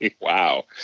Wow